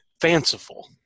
fanciful